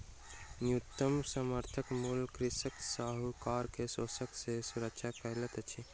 न्यूनतम समर्थन मूल्य कृषक साहूकार के शोषण सॅ सुरक्षा करैत अछि